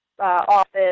office